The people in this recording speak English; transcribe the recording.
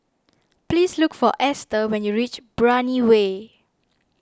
please look for Ester when you reach Brani Way